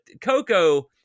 Coco